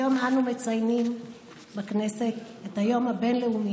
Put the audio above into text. היום אנו מציינים בכנסת את היום הבין-לאומי